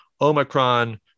Omicron